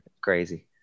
Crazy